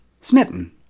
Smitten